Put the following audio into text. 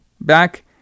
back